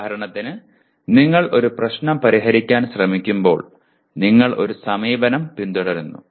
ഉദാഹരണത്തിന് നിങ്ങൾ ഒരു പ്രശ്നം പരിഹരിക്കാൻ ശ്രമിക്കുമ്പോൾ നിങ്ങൾ ഒരു സമീപനം പിന്തുടരുന്നു